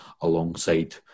alongside